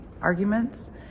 arguments